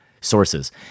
sources